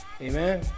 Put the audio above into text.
Amen